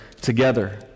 together